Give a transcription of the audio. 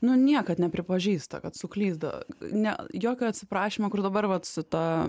niekad nepripažįsta kad suklydo ne jokio atsiprašymo kur dabar vat su ta